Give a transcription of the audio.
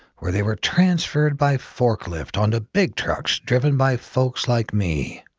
where they were transferred by forklift onto big trucks driven by folks like me.